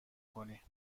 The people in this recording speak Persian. کنی